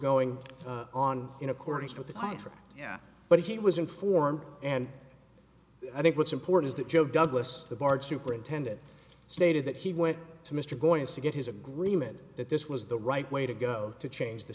going on in accordance with the client from but he was informed and i think what's important is that joe douglas the bard superintendent stated that he went to mr going to get his agreement that this was the right way to go to change the